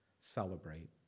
celebrate